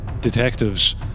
detectives